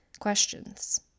questions